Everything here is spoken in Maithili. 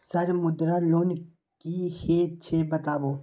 सर मुद्रा लोन की हे छे बताबू?